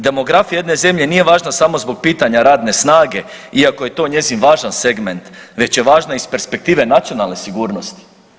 Demografija jedne zemlje nije važna zbog pitanja radne snage iako je to njezin važan segment, već je važna s perspektive nacionalne sigurnosti.